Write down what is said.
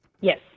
yes